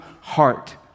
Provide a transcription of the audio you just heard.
heart